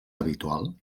habitual